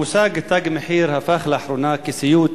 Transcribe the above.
המושג "תג מחיר" הפך לאחרונה סיוט